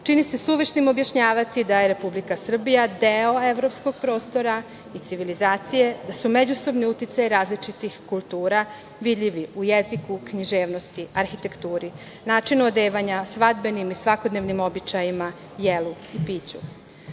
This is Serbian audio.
se suvišnim objašnjavati da je Republika Srbija deo evropskog prostora i civilizacije, da su međusobni uticaji različitih kultura vidljivi u jeziku, književnosti, arhitekturi, načinu odevanja, svadbenim i svakodnevnom običajima, jelu i